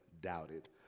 doubted